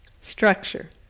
Structure